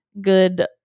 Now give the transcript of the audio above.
good